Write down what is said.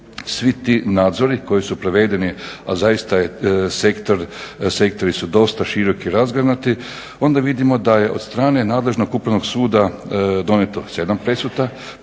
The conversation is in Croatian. svi ti nadzori koji su provedeni, a zaista sektori su dosta široki, razgranati, onda vidimo da je od strane nadležnog Upravnog suda donijeto 7 presuda,